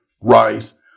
rice